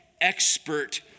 expert